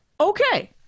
okay